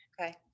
okay